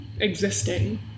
existing